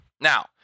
Now